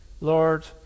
Lord